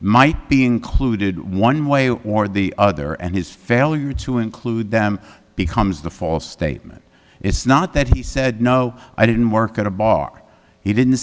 might be included one way or the other and his failure to include them becomes the false statement it's not that he said no i didn't work at a bar he didn't